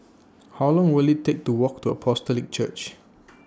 How Long Will IT Take to Walk to Apostolic Church